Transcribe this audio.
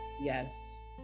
Yes